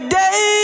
day